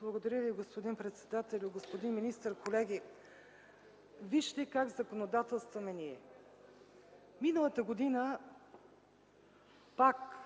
Благодаря Ви, господин председател. Господин министър, колеги! Вижте как законодателстваме ние – миналата година пак